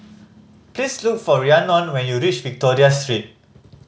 please look for Rhiannon when you reach Victoria Street